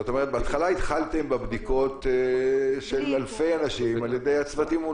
בהתחלה התחלתם בבדיקות של אלפי אנשים על ידי צוותים,